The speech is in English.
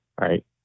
right